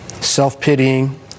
self-pitying